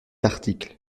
article